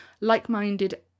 like-minded